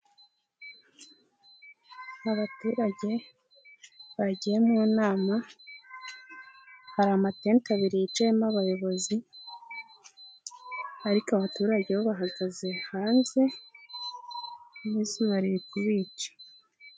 Abaturage bagiye mu nama, hari amatete abiri yicayemo abayobozi, ariko abaturage bo bahagaze hanze n'izuba riri kubica.